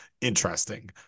interesting